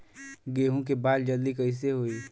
गेहूँ के बाल जल्दी कईसे होई?